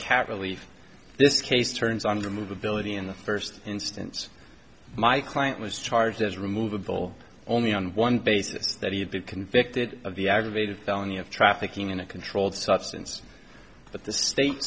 leave this case turns on remove ability in the first instance my client was charged as removable only on one basis that he had been convicted of the aggravated felony of trafficking in a controlled substance but the state